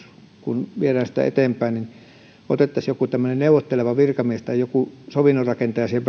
kun maakuntauudistusta viedään eteenpäin että otettaisiin jokin neuvotteleva virkamies tai sovinnonrakentaja siihen